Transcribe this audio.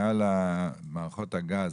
מעל מערכות הגז,